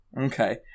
Okay